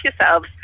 yourselves